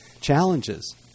challenges